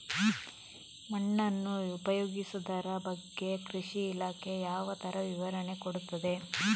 ಮಣ್ಣನ್ನು ಉಪಯೋಗಿಸುದರ ಬಗ್ಗೆ ಕೃಷಿ ಇಲಾಖೆ ಯಾವ ತರ ವಿವರಣೆ ಕೊಡುತ್ತದೆ?